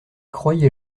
croyez